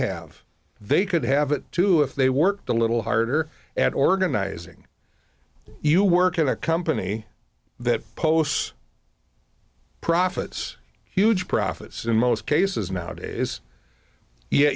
have they could have it too if they worked a little harder at organizing you work at a company that posts profits huge profits in most cases now days ye